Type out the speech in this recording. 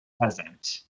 present